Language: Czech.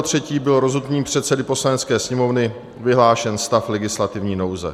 19. 3. byl rozhodnutím předsedy Poslanecké sněmovny vyhlášen stav legislativní nouze.